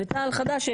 ותע"ל-חד"ש,